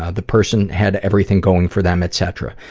ah the person had everything going for them, et cetera.